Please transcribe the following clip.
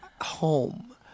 Home